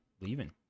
Leaving